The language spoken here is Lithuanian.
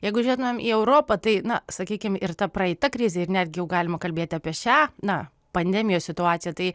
jeigu žiūrėtumėm į europą tai na sakykim ir ta praeita krizė ir netgi galima kalbėti apie šią na pandemijos situacija tai